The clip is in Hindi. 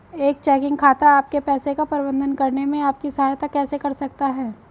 एक चेकिंग खाता आपके पैसे का प्रबंधन करने में आपकी सहायता कैसे कर सकता है?